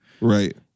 Right